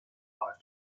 life